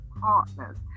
partners